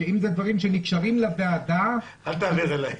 דברים שקשורים לוועדה -- אל תעביר אלי.